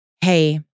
Hey